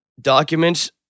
documents